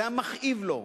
זה היה מכאיב לו.